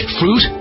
fruit